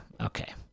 okay